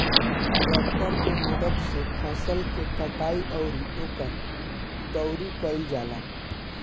tractor के मदद से फसल के कटाई अउरी ओकर दउरी कईल जाला